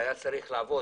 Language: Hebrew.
היו צריכות לעבוד,